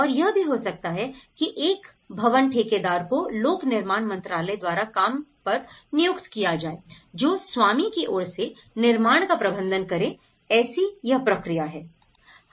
और यह भी हो सकता है कि एक भवन ठेकेदार को लोक निर्माण मंत्रालय द्वारा काम पर नियुक्त किया जाए जो स्वामी की ओर से निर्माण का प्रबंधन करें ऐसी यह प्रक्रिया है